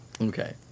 Okay